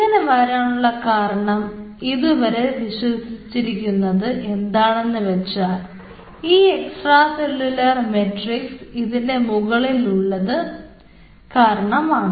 ഇങ്ങനെ വരാനുള്ള കാരണം ഇതുവരെ വിശ്വസിക്കുന്നത് എന്താണെന്ന് വെച്ചാൽ ഈ എക്സ്ട്രാ സെല്ലുലാർ മെട്രിക്സ് ഇതിൻറെ മുകളിലുള്ളത് കാരണമാണ്